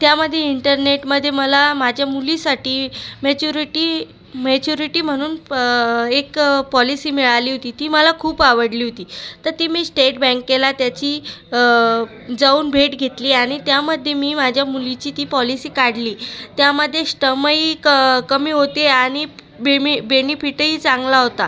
त्यामध्ये इंटरनेटमध्ये मला माझ्या मुलीसाठी मॅच्युरिटी मॅच्युरिटी म्हणून एक पॉलिसी मिळाली होती ती मला खूप आवडली होती तर ती मी स्टेट बँकेला त्याची जाऊन भेट घेतली आणि त्यामध्ये मी माझ्या मुलीची ती पॉलिसी काढली त्यामध्ये स्टमंही क कमी होते आणि बेनि बेनिफिटही चांगला होता